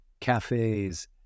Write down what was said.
cafes